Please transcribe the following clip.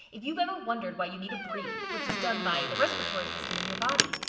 if you've ever wondered why you need to breathe, which is done by the respiratory system in your body,